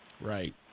Right